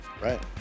Right